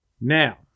Now